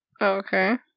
Okay